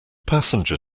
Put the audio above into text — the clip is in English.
passenger